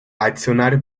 adicionar